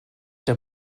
der